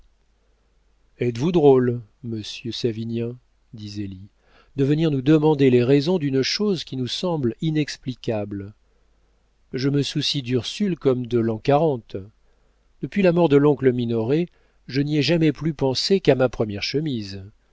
êtes-vous drôle monsieur savinien dit zélie de venir nous demander les raisons d'une chose qui nous semble inexplicable je me soucie d'ursule comme de l'an quarante depuis la mort de l'oncle minoret je n'y ai jamais plus pensé qu'à ma première chemise